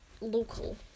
local